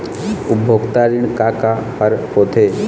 उपभोक्ता ऋण का का हर होथे?